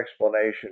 explanation